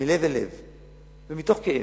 מלב אל לב ומתוך כאב.